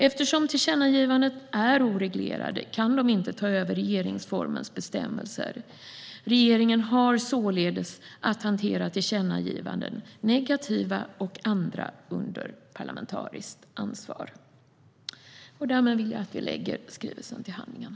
Eftersom tillkännagivanden är oreglerade kan de inte ta över regeringsformens bestämmelser. Regeringen har således att hantera tillkännagivanden, negativa och andra, under parlamentariskt ansvar." Därmed vill jag att vi lägger skrivelsen till handlingarna.